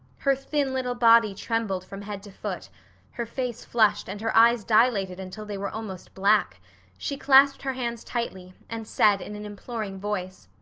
her thin little body trembled from head to foot her face flushed and her eyes dilated until they were almost black she clasped her hands tightly and said in an imploring voice